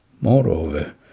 Moreover